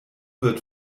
wird